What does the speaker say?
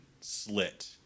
slit